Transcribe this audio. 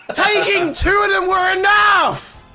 ah taking two of them were enough